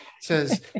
says